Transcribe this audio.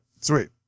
Sweet